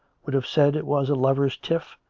would have said it was a lovers' tiff,